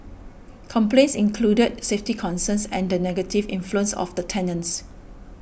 complaints included safety concerns and the negative influence of the tenants